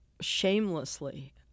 shamelessly